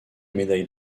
médaille